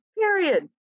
period